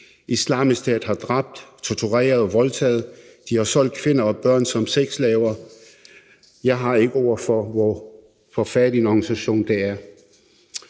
Islamisk Stat har dræbt, tortureret og voldtaget, og de har solgt kvinder og børn som sexslaver. Jeg har ikke ord for, hvor forfærdelig en organisation det er.